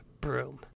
broom